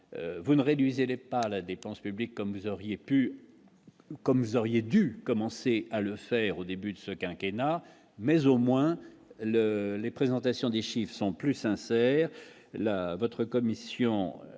vous ne réduisez les par la dépense publique comme vous auriez pu comme vous auriez dû commencer à le faire au début de ce quinquennat mais au moins le les présentations des chiffes sont plus sincères